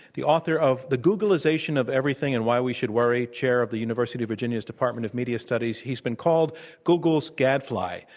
the author of the googlization of everything and why we should worry, chair of the university of virginia's department of media studies. he's been called google's gadfly,